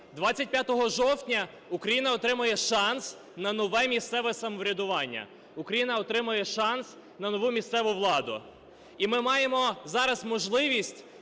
25 жовтня Україна отримає шанс на нове місцеве самоврядування. Україна отримає шанс на нову місцеву владу. І ми маємо зараз можливість